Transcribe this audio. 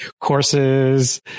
Courses